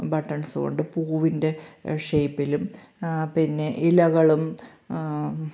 buttons കൊണ്ട് പൂവിൻ്റെ ഷേപ്പിലും പിന്നെ ഇലകളും